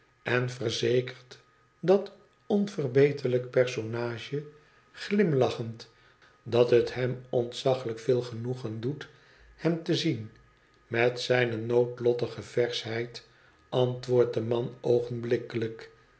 en verzekert dat onverbeterlijk personage gfimlachend dat het hem ontzaglijk veel genoegen doet hem te zien met zijne noodlottige verschheid antwoordt de man